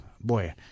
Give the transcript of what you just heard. Boy